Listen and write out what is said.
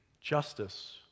Justice